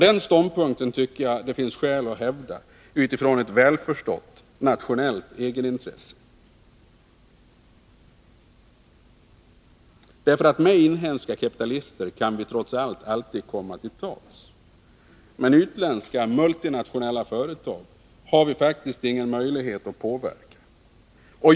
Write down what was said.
Den ståndpunkten tycker jag att det finns skäl att hävda utifrån ett välförstått nationellt egenintresse, därför att inhemska kapitalister kan vi trots allt alltid komma till tals med, men utländska multinationella företag har vi faktiskt ingen möjlighet att påverka.